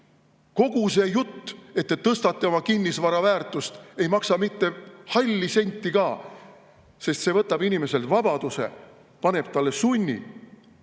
Kogu see jutt, et te tõstate oma kinnisvara väärtust, ei maksa mitte halli senti ka, sest see võtab inimeselt vabaduse, paneb talle sunni.